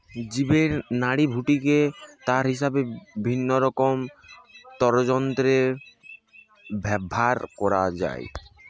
জীবের নাড়িভুঁড়িকে তার হিসাবে বিভিন্নরকমের তারযন্ত্রে ব্যাভার কোরা হয়